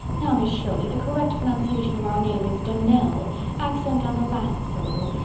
now, miss shirley, the correct pronunciation of our name is donnell. accent on the last syllable.